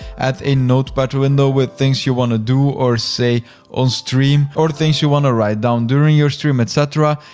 add a notepad window with things you wanna do or say on stream or things you wanna write down during your stream, et cetera.